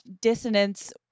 dissonance